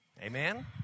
amen